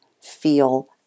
Feel